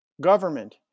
government